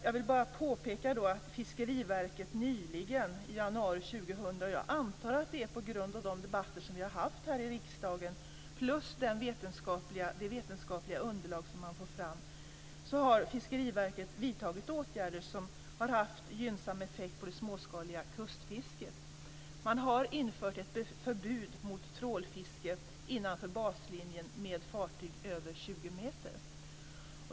Jag vill bara påpeka att Fiskeriverket nyligen, i januari 2000, som jag antar på grund av de debatter som vi har fört här i riksdagen och till följd av det vetenskapliga underlag som tagits fram, har vidtagit åtgärder som har haft gynnsam effekt på det småskaliga kustfisket. Man har infört ett förbud mot trålfiske innanför baslinjen med fartyg om över 20 meter.